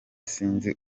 sinzi